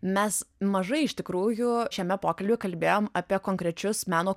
mes mažai iš tikrųjų šiame pokalbyje kalbėjom apie konkrečius meno